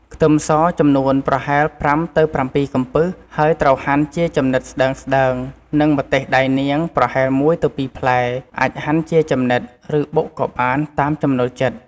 ខ្ទឹមស ចំនួនប្រហែល ៥ទៅ៧ កំពឹស ហើយត្រូវហាន់ជាចំណិតស្តើងៗ និងម្ទេសដៃនាង ប្រហែល១ ទៅ ២ផ្លែ អាចហាន់ជាចំណិត ឬបុកក៏បាន តាមចំណូលចិត្ត។